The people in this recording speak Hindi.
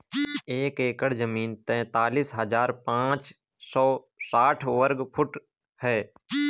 एक एकड़ जमीन तैंतालीस हजार पांच सौ साठ वर्ग फुट है